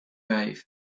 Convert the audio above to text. vijf